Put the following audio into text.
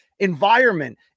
Environment